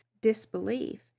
disbelief